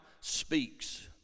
speaks